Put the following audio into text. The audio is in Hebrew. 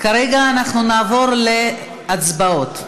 נעבור להצבעות.